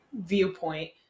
viewpoint